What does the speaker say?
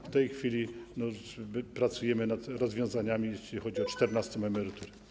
W tej chwili pracujemy nad rozwiązaniami, jeśli chodzi o czternastą emeryturę.